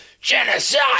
GENOCIDE